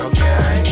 Okay